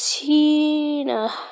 Tina